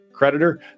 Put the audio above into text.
creditor